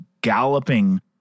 galloping